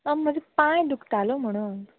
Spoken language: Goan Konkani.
हय म्हजो पांय दुखतालो म्हूणून